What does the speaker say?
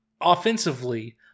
Offensively